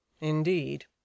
Indeed